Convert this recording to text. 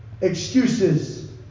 excuses